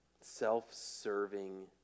self-serving